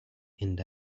and